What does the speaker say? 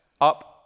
up